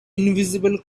invisible